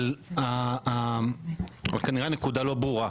אבל כנראה שהנקודה לא ברורה.